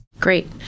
Great